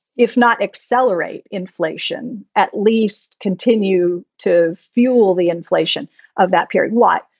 if not accelerate inflation, at least continue to fuel the inflation of that period. what?